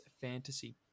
fantasy